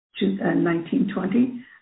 1920